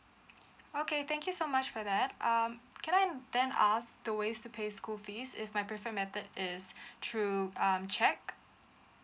okay thank you so much for that um can I then ask the ways to pay school fees if my preferred method is through um cheque